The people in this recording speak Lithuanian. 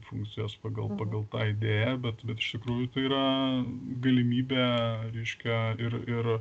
funkcijos pagal pagal tą idėją bet bet iš tikrųjų tai yra galimybė reiškia ir ir